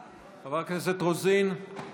נגד שמחה רוטמן, בעד יעל רון בן משה,